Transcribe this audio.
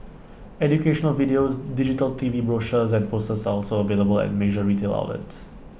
educational videos digital T V brochures and posters are also available at major retail outlets